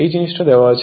এই জিনিসটা দেওয়া আছে